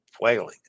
whaling